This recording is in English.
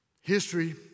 History